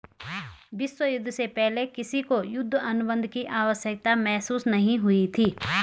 विश्व युद्ध से पहले किसी को युद्ध अनुबंध की आवश्यकता महसूस नहीं हुई थी